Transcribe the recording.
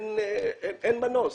אין מנוס.